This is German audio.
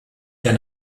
der